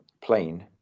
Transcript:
plane